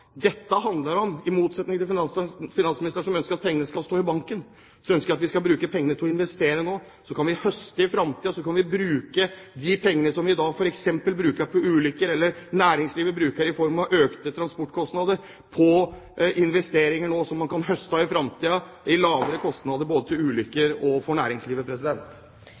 å investere nå. Så kan vi høste i framtiden, så kan vi bruke de pengene som vi i dag f.eks. bruker på ulykker, eller næringslivet bruker i form av økte transportkostnader, på investeringer som man kan høste av i framtiden, med lave kostnader både når det gjelder ulykker og for næringslivet.